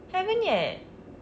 haven't yet